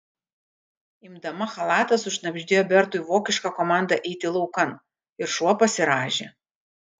imdama chalatą sušnabždėjo bertui vokišką komandą eiti laukan ir šuo pasirąžė